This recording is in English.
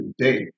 today